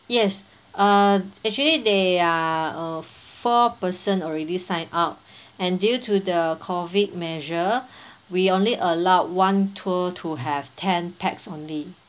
yes uh actually they are uh four person already sign up and due to the COVID measure we only allowed one tour to have ten pax only